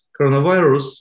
coronavirus